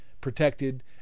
protected